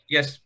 Yes